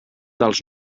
dels